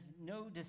no